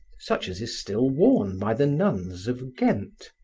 such as is still worn by the nuns of ghent.